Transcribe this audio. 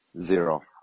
zero